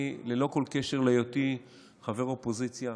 אני, ללא כל קשר להיותי חבר אופוזיציה,